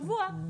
שבוע,